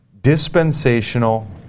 Dispensational